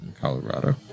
Colorado